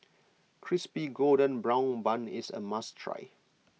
Crispy Golden Brown Bun is a must try